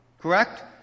Correct